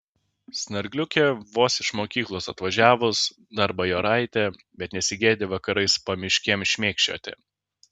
snargliukė vos iš mokyklos atvažiavus dar bajoraitė bet nesigėdi vakarais pamiškėm šmėkščioti